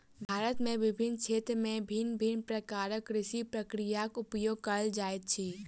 भारत में विभिन्न क्षेत्र में भिन्न भिन्न प्रकारक कृषि प्रक्रियाक उपयोग कएल जाइत अछि